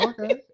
Okay